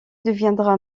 deviendra